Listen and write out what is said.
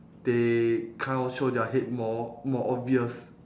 they kind of show their hate more more obvious